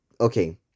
Okay